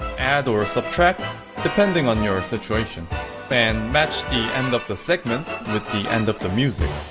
add or subtract depending on your situation and match the end of the segment with the end of the music